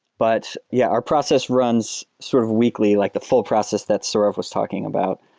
but yeah, our process runs sort of weekly, like the full process that saurav was talking about,